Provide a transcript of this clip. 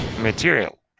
material